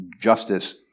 justice